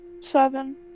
Seven